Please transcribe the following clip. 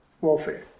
warfare